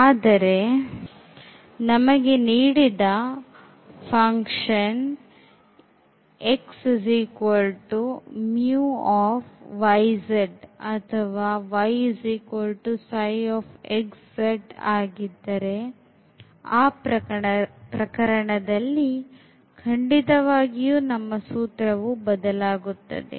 ಆದರೆ ಉದಾಹರಣೆಗೆ ನಮಗೆನೀಡಿದ ಉತ್ಪನ್ನವು xμyz ಅಥವಾ yψxz ಆಗಿದ್ದರೆ ಆ ಪ್ರಕರಣದಲ್ಲಿ ಖಂಡಿತವಾಗಿಯೂ ನಮ್ಮ ಸೂತ್ರವು ಬದಲಾಗುತ್ತದೆ